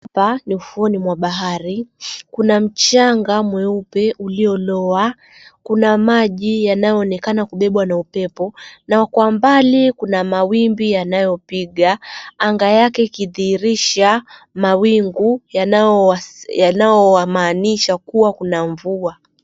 Hapa ni ufuoni mwa bahari. Kuna mchanga mweupe uliolowa, kuna maji yanayoonekana kubebwa na upepo na kwa mbali kuna mawimbi yanayopiga anga yake ikidhihirisha mawingu yanayomaanisha kuwa kuna mvua.